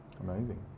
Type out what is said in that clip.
amazing